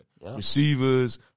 Receivers